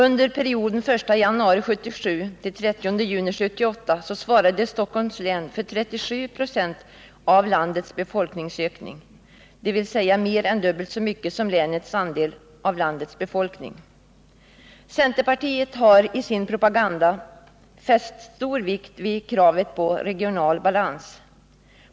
Under perioden fr.o.m. den 1 januari 1977 t.o.m. den 30 juni 1978 svarade Stockholms län för 37 26 av landets befolkningsökning, dvs. mer än dubbelt så mycket som länets andel av landets befolkning. Centerpartiet har i sin propaganda fäst stor vikt vid kravet på regional balans.